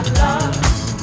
love